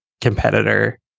competitor